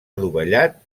adovellat